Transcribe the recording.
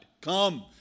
Come